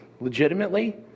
legitimately